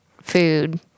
food